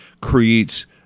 creates